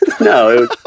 No